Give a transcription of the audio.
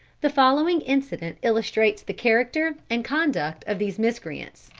the following incident illustrates the character and conduct of these miscreants